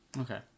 Okay